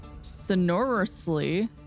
sonorously